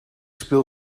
speel